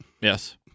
yes